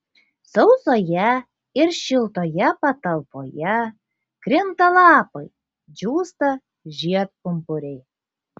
sausoje ir šiltoje patalpoje krinta lapai džiūsta žiedpumpuriai